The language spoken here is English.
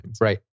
right